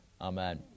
Amen